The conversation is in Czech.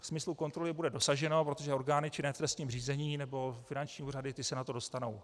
Smyslu kontroly bude dosaženo, protože orgány činné v trestním řízení nebo finanční úřady se na to dostanou.